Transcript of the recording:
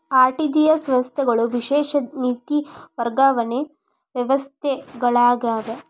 RTGS ವ್ಯವಸ್ಥೆಗಳು ವಿಶೇಷ ನಿಧಿ ವರ್ಗಾವಣೆ ವ್ಯವಸ್ಥೆಗಳಾಗ್ಯಾವ